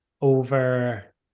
over